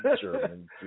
german